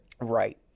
Right